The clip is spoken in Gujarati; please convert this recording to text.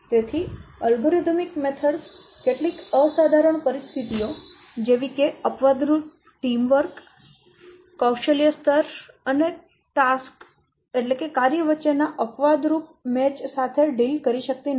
તેથી એલ્ગોરિધમ પદ્ધતિઓ કેટલીક અસાધારણ પરિસ્થિતિઓ જેવી કે અપવાદરૂપ ટીમ વર્ક કૌશલ્ય સ્તર અને કાર્ય વચ્ચેના અપવાદરૂપ મેચ સાથે ડીલ કરી શકતી નથી